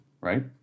right